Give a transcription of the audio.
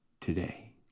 today